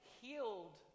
healed